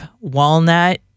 walnut